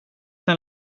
den